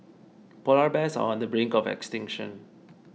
Polar Bears are on the brink of extinction